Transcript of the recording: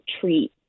treat